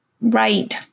right